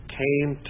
came